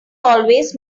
always